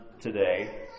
today